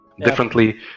differently